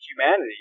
humanity